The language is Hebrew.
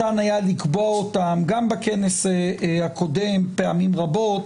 אפשר לקבוע אותם גם בכנס הקודם פעמים רבות,